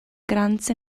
grant